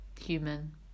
human